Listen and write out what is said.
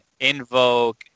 invoke